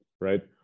right